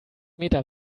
meter